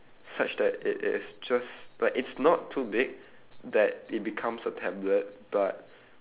such that it it is just like it's not too big that it becomes a tablet but